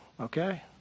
okay